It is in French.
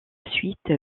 suite